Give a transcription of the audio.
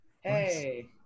Hey